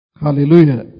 Hallelujah